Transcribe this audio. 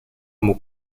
mots